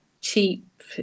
cheap